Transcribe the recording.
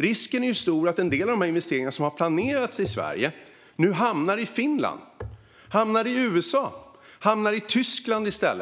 Risken är stor att en del av de investeringar som har planerats i Sverige i stället hamnar i Finland, USA eller Tyskland, eftersom